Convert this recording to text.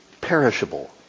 perishable